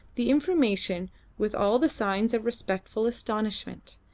the information with all the signs of respectful astonishment.